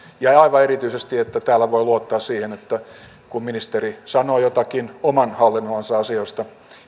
ja ja aivan erityisesti että täällä voi luottaa siihen että kun ministeri sanoo jotakin oman hallinnonalansa asioista